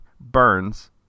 Burns